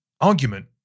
argument